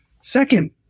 Second